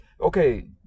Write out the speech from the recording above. Okay